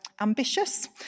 ambitious